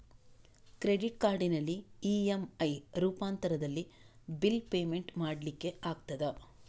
Credit ಕಾರ್ಡಿನಲ್ಲಿ EMI ರೂಪಾಂತರದಲ್ಲಿ bill payment ಮಾಡ್ಲಿಕ್ಕೆ ಆಗ್ತದ?